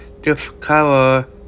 discover